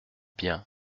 bien